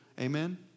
Amen